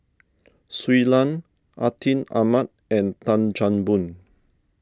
Shui Lan Atin Amat and Tan Chan Boon